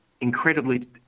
incredibly